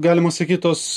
galima sakyt tos